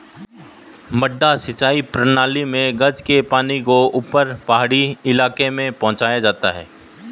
मडडा सिंचाई प्रणाली मे गज के पानी को ऊपर पहाड़ी इलाके में पहुंचाया जाता है